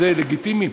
זה לגיטימי,